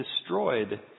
destroyed